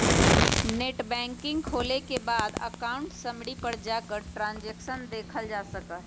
net banking खोले के बाद अकाउंट समरी पर जाकर ट्रांसैक्शन देखलजा सका हई